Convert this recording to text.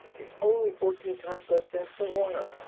it's only fourteen times less dense than water.